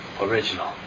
original